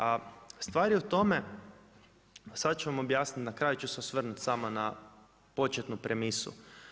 A stvar je u tome, sad ću vam objasniti, na kraju ću se osvrnuti samo na početnu premisu.